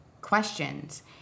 questions